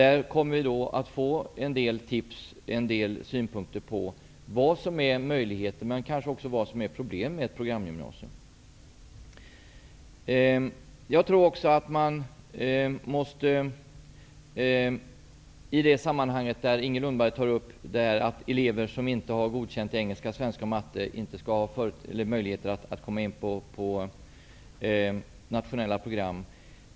Där kommer vi att få en del tips och synpunkter på vad som är möjligheter men kanske också vad som är problem med ett programgymnasium. Inger Lundberg tog upp att elever som inte har godkänt i engelska, svenska och matte inte skall ha möjlighet att komma in på nationella program.